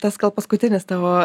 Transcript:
tas gal paskutinis tavo